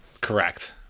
Correct